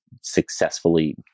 successfully